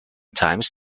times